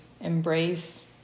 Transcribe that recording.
embrace